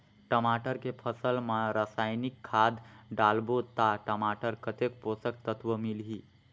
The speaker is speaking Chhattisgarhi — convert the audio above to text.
टमाटर के फसल मा रसायनिक खाद डालबो ता टमाटर कतेक पोषक तत्व मिलही?